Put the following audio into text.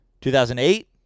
2008